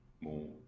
more